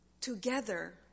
together